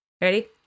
ready